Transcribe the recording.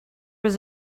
was